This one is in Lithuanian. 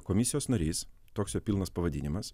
komisijos narys toks jo pilnas pavadinimas